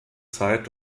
zeit